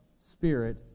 spirit